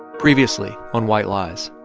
previously on white lies.